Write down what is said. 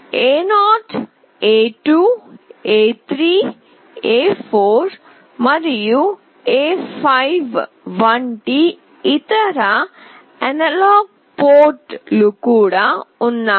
A0 A2 A3 A4 మరియు A5 వంటి ఇతర అనలాగ్ పోర్టు లు కూడా ఉన్నాయి